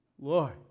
Lord